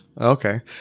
Okay